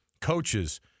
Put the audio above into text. coaches